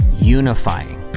unifying